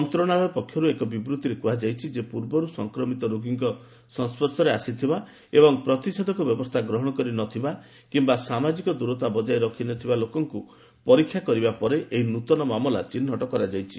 ମନ୍ତ୍ରଣାଳୟ ପକ୍ଷରୁ ଏକ ବିବୃଭିରେ କୁହାଯାଇଛି ପୂର୍ବରୁ ସଂକ୍ରମିତ ରୋଗୀଙ୍କ ସଂସ୍ୱର୍ଶରେ ଆସିଥିବା ଏବଂ ପ୍ରତିଷେଧକ ବ୍ୟବସ୍ଥା ଗ୍ରହଣ କରି ନ ଥିବା କିମ୍ବା ସାମାଜିକ ଦୂରତା ବଜାୟ ରଖି ନ ଥିବା ଲୋକଙ୍କୁ ପରୀକ୍ଷା କରିବା ପରେ ଏହି ନୃତନ ମାମଲା ଚିହ୍ନଟ କରାଯାଇଛି